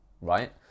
right